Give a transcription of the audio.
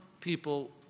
people